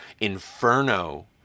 inferno